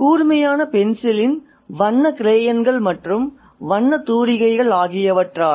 கூர்மையான பென்சிலின் வண்ண கிரேயன்கள் மற்றும் வண்ணத் தூரிகை ஆகியவற்றால்